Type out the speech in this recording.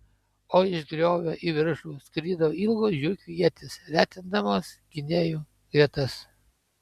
o iš griovio į viršų skrido ilgos žiurkių ietys retindamos gynėjų gretas